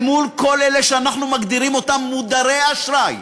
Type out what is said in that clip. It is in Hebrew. אל מול כל אלה שאנחנו מגדירים אותם מודרי אשראי,